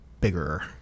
bigger